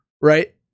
right